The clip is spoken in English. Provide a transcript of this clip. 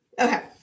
okay